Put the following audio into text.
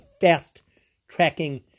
fast-tracking